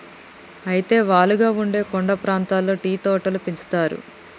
అయితే వాలుగా ఉండే కొండ ప్రాంతాల్లో టీ తోటలు పెంచుతారు